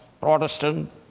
Protestant